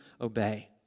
obey